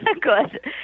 good